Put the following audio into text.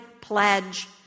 pledge